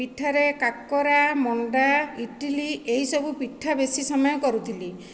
ପିଠାରେ କାକରା ମଣ୍ଡା ଇଟିଲି ଏହିସବୁ ପିଠା ବେଶି ସମୟ କରୁଥିଲି